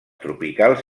tropicals